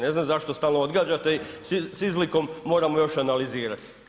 Ne znam zašto stalno odgađate s izlikom moramo još analizirati?